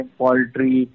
poultry